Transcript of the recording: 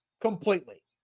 completely